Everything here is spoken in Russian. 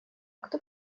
кто